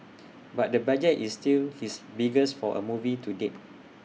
but the budget is still his biggest for A movie to date